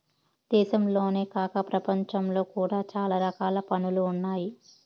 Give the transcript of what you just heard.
దేశంలోనే కాక ప్రపంచంలో కూడా చాలా రకాల పన్నులు ఉన్నాయి